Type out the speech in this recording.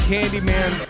Candyman